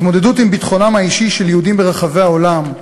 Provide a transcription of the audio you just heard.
ההתמודדות עם ביטחונם האישי של יהודים ברחבי העולם,